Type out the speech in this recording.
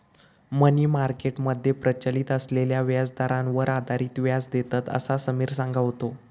मनी market मध्ये प्रचलित असलेल्या व्याजदरांवर आधारित व्याज देतत, असा समिर सांगा होतो